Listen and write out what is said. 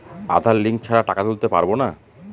আধার link ছাড়া টাকা তুলতে পারব না?